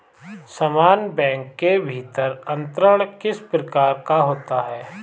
समान बैंक के भीतर अंतरण किस प्रकार का होता है?